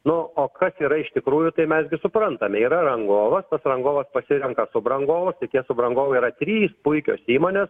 nu o kad yra iš tikrųjų tai mes suprantame yra rangovas tas rangovas pasirenka subrangovus tie subrangovai yra trys puikios įmonės